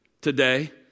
today